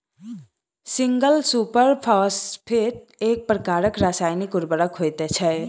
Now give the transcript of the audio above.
single super phosphate एक प्रकारक रासायनिक उर्वरक होइत छै